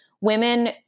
women